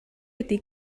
ydy